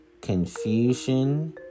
confusion